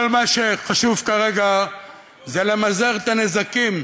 כל מה שחשוב כרגע זה למזער את הנזקים,